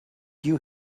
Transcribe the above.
you